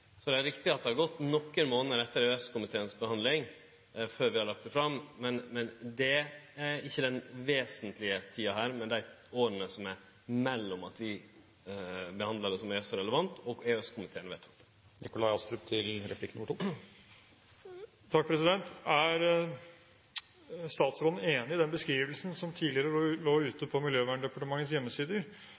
Så det er riktig at det har gått nokre månader etter EØS-komiteens behandling før vi har lagt det fram, men det er ikkje den vesentlege tida her. Det er dei åra som er imellom, frå vi behandla det som EØS-relevant, og til EØS-komiteen vedtok det. Er statsråden enig i den beskrivelsen som tidligere lå ute på Miljøverndepartementets